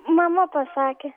mama pasakė